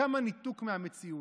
וכמה ניתוק מהמציאות.